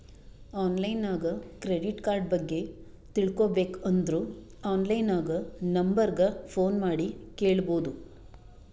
online ನಾಗ್ credit card ಬಗ್ಗೆ ತಿಳ್ಕೋಬೇಕ್ ಅಂದುರ್ ಆನ್ಲೈನ್ ನಾಗ್ ನಂಬರ್ ಗ ಫೋನ್ ಮಾಡಿ ಕೇಳ್ಬೋದು